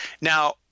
Now